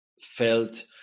felt